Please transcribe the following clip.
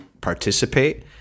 participate